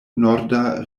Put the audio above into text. norda